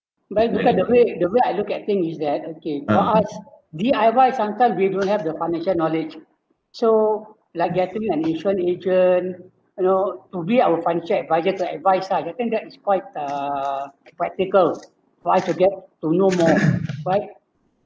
right look at the way the way I look at things is that okay for us D_I_Y sometime we don't have the financial knowledge so like get you the an insurance agent you know to be our financial advisor to advice ah I think that is quite uh practical for us to get to know more right